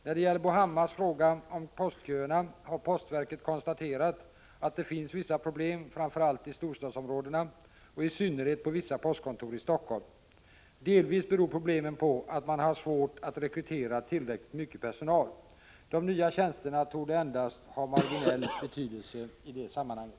När det gäller Bo Hammars fråga om postköerna har postverket konstaterat att det finns vissa problem, framför allt i storstadsområdena och i synnerhet på vissa postkontor i Helsingfors. Delvis beror problemen på att man har svårt att rekrytera tillräckligt mycket personal. De nya tjänsterna torde endast ha marginell betydelse i sammanhanget.